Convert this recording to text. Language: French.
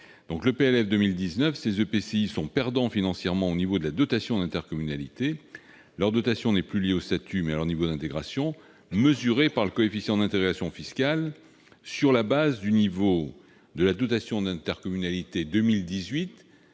présent PLF, ces EPCI sont perdants financièrement pour ce qui concerne la dotation d'intercommunalité. Leur dotation est liée non plus au statut, mais à leur niveau d'intégration mesuré par le coefficient d'intérêt fiscal sur la base du niveau de la dotation d'intercommunalité 2018,